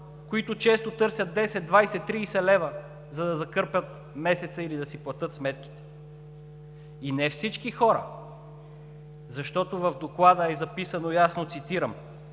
които често търсят 10, 20, 30 лева, за да закърпят месеца или да си платят сметките. И не всички хора, защото в Доклада е записано ясно, цитирам: